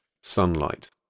sunlight